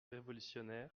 révolutionnaire